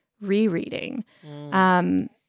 rereading